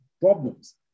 Problems